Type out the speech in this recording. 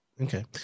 Okay